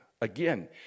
again